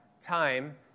time